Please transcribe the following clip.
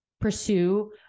pursue